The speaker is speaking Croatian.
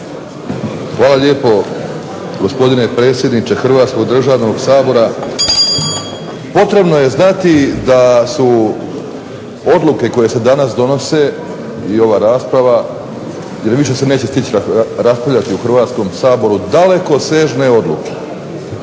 Hvala lijepo gospodine predsjedniče hrvatskog državnog Sabora. Potrebno je znati da su odluke koje se danas donose i ova rasprava jer se više neće stići raspravljati u Hrvatskom saboru dalekosežne odluke.